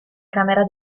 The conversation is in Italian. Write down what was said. camera